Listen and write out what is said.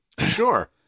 sure